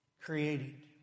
created